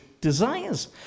desires